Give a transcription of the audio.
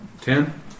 Ten